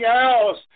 else